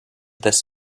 this